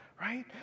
Right